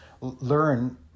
learn